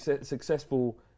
successful